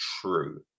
true